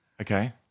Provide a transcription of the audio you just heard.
okay